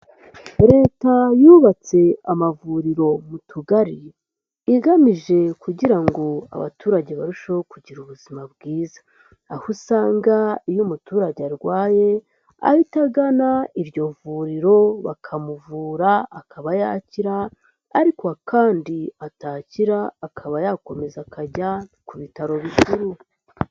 Leta yubatse amavuriro mu tugari igamije kugira ngo abaturage barusheho kugira ubuzima bwiza, aho usanga iyo umuturage arwaye ahita agana iryo vuriro bakamuvura akaba yakira ariko kandi atakira akaba yakomeza akajya ku bitaro bikuru.